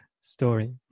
story